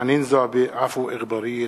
חנין זועבי ועפו אגבאריה.